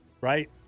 Right